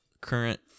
current